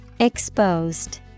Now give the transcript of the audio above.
Exposed